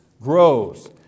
grows